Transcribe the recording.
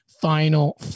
Final